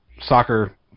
soccer